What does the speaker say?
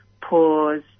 pause